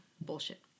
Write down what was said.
bullshit